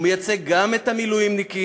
הוא מייצג גם את המילואימניקים.